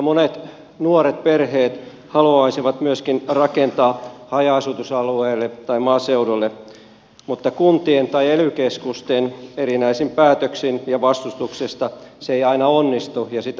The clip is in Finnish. monet nuoret perheet haluaisivat rakentaa myöskin haja asutusalueelle tai maaseudulle mutta kuntien tai ely keskusten erinäisin päätöksin ja vastustuksesta se ei aina onnistu ja sitä vaikeutetaan